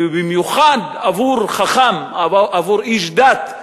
ובמיוחד עבור איש דת,